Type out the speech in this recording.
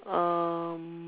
um